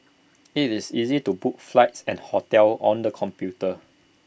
IT is easy to book flights and hotels on the computer